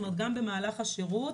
כלומר גם במהלך השירות,